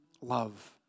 love